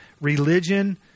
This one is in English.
religion